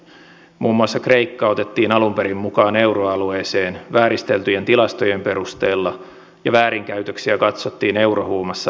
muun muassa kreikka otettiin alun perin mukaan euroalueeseen vääristeltyjen tilastojen perusteella ja väärinkäytöksiä katsottiin eurohuumassa läpi sormien